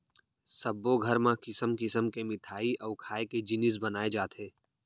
सब्बो घर म किसम किसम के मिठई अउ खाए के जिनिस बनाए जाथे